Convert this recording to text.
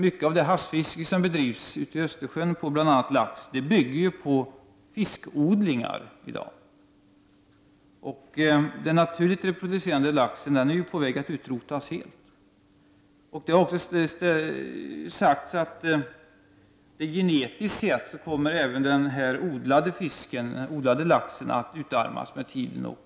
Mycket av det havsfiske som bedrivs ute i Östersjön på bl.a. lax bygger i dag på fiskodlingar. Den naturligt reproducerande laxen är på väg att utrotas helt. Det har också sagts att även den odlade fisken, den odlade laxen, genetiskt sett kommer att utarmas med tiden.